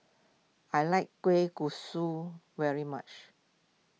I like Kueh Kosui very much